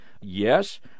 Yes